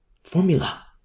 Formula